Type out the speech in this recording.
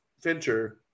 Fincher